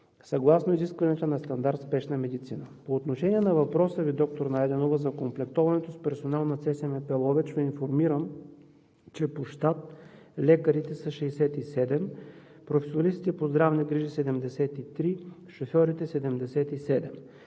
съгласно изискванията на стандарт в спешна медицина. По отношение на въпроса Ви, доктор Найденова, за окомплектоването с персонал на ЦСМП – Ловеч, Ви информирам, че по щат лекарите са 67, професионалистите по здравни грижи – 73, шофьорите – 77.